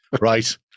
right